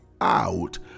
out